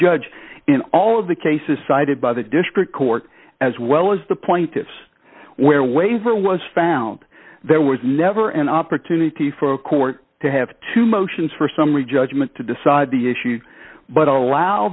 judge in all of the cases cited by the district court as well as the pointis where waiver was found there was never an opportunity for a court to have two motions for summary judgment to decide the issue but allow